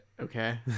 okay